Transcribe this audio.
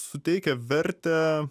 suteikia vertę